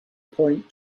point